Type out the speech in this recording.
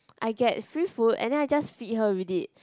I get free food and then I just feed her with it